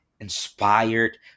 inspired